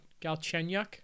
Galchenyuk